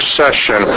session